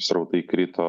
srautai krito